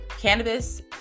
cannabis